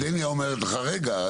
דניה אומרת לך רגע,